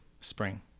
spring